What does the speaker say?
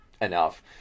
enough